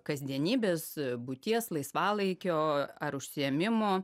kasdienybės buities laisvalaikio ar užsiėmimų